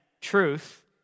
truth